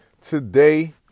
today